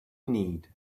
need